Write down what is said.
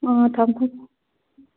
ꯑꯣ ꯊꯝꯃꯣ ꯊꯝꯃꯣ